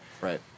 Right